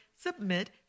Submit